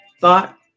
thought